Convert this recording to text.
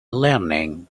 learning